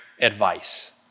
advice